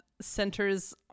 centers